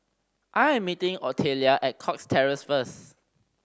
I am meeting Otelia at Cox Terrace first